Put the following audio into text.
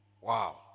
Wow